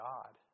God